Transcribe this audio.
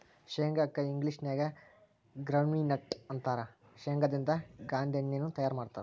ಶೇಂಗಾ ಕ್ಕ ಇಂಗ್ಲೇಷನ್ಯಾಗ ಗ್ರೌಂಡ್ವಿ ನ್ಯೂಟ್ಟ ಅಂತಾರ, ಶೇಂಗಾದಿಂದ ಗಾಂದೇಣ್ಣಿನು ತಯಾರ್ ಮಾಡ್ತಾರ